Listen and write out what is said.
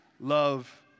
love